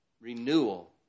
Renewal